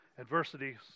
adversities